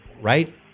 right